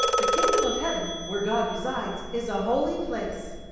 the kingdom of heaven where god resides is a holy place.